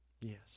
Yes